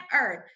earth